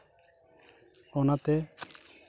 ᱚᱱᱟᱛᱮ